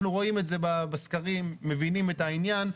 אנחנו רואים את זה בסקרים, מבינים את העניין.